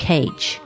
Cage